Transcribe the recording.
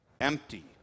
empty